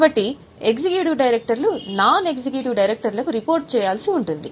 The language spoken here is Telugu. కాబట్టి ఎగ్జిక్యూటివ్ డైరెక్టర్లు నాన్ ఎగ్జిక్యూటివ్ డైరెక్టర్లకు రిపోర్ట్ చేయాల్సి ఉంటుంది